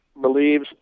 believes